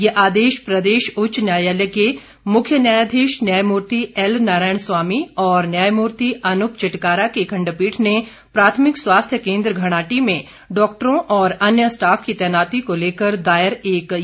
ये आदेश प्रदेश उच्च न्यायालय के मुख्य न्यायाधीश न्यायमूर्ति एल नारायण स्वामी और न्यायमूर्ति अनूप चिटकारा की खंडपीठ ने प्राथमिक स्वास्थ्य केंद्र घणाहटी में डॉक्टरों और अन्य स्टॉफ की तैनाती को लेकर दायर एक याचिका पर दिए हैं